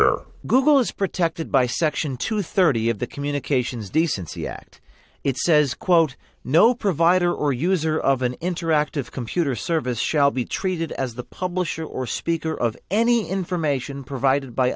fair google is protected by section two hundred and thirty dollars of the communications decency act it says quote no provider or user of an interactive computer service shall be treated as the publisher or speaker of any information provided by